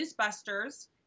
newsbusters